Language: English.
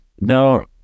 no